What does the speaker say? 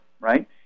right